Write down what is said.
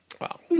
Wow